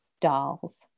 dolls